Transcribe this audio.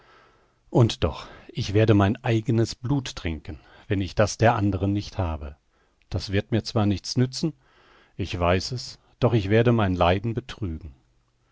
und doch ich werde mein eigenes blut trinken wenn ich das der anderen nicht habe das wird mir zwar nichts nützen ich weiß es doch ich werde mein leiden betrügen